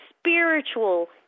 spiritual